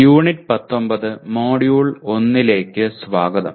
unit 19 module 1 ലേക്ക് സ്വാഗതം